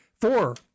Four